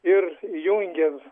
ir įjungiant